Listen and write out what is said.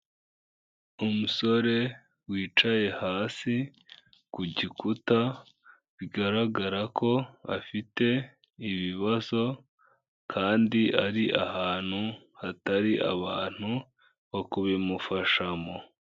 Umusore wicaye hasi ku gikuta, bigaragara ko afite ibibazo kandi ari ahantu hatari abantu bo kubimufashamo.